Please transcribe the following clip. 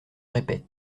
répète